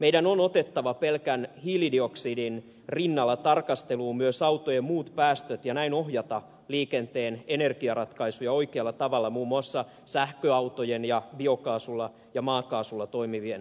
meidän on otettava pelkän hiilidioksidin rinnalla tarkasteluun myös autojen muut päästöt ja näin ohjattava liikenteen energiaratkaisuja oikealla tavalla muun muassa sähköautojen ja biokaasulla ja maakaasulla toimivien autojen suuntaan